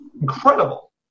incredible